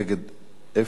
נגד,